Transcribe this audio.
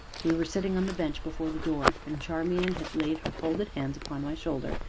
we were sitting on the bench before the door, and charmian had laid her folded hands upon my shoulder,